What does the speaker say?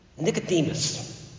Nicodemus